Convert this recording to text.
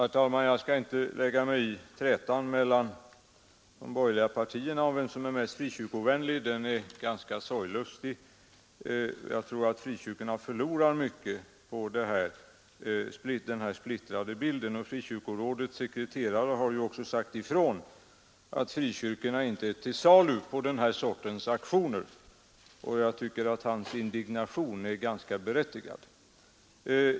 Herr talman! Jag skall inte lägga mig i trätan mellan de borgerliga partierna om vem som är mest frikyrkovänlig. Jag tycker att den är ganska sorglustig. Jag tror att frikyrkorna förlorar mycket på denna splittrade bild. Frikyrkorådets sekreterare har ju också sagt ifrån att frikyrkorna inte är till salu på den här sortens auktioner, och jag tycker att hans indignation är ganska berättigad.